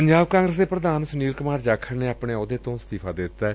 Punjab Congress ਦੇ ਪ੍ਰਧਾਨ ਸੁਨੀਲ ਕੁਮਾਰ ਜਾਖੜ ਨੇ ਆਪਣੇ ਆਹੁਦੇ ਤੋਂ ਅਸਤੀਫ਼ਾ ਦੇ ਦਿੱਤੈ